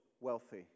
wealthy